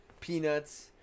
Peanuts